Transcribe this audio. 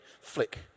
flick